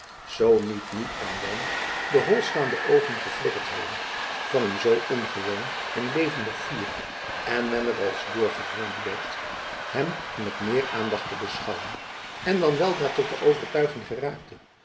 zoo niet nu en dan de holstaande oogen geflikkerd hadden van een zoo ongewoon en levendig vuur dat men er als door gedwongen werd hem met meer aandacht te beschouwen en dan weldra tot de overtuiging geraakte